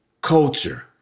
culture